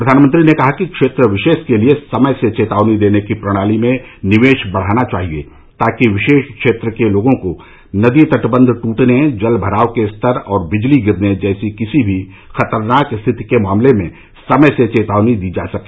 प्रधानमंत्री ने कहा कि क्षेत्र विशेष के लिए समय से चेतावनी देने की प्रणाली में निवेश बढ़ाना चाहिए ताकि विशेष क्षेत्र के लोगों को नदी तटबंध टूटने जल भराव के स्तर और बिजली गिरने जैसी किसी भी खतरनाक स्थिति के मामले में समय से चेतावनी दी जा सके